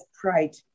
pride